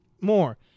more